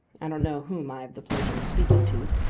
i don't know whom i have the pleasure of speaking to.